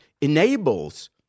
enables